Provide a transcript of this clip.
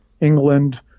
England